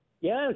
Yes